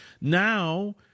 now